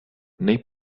nei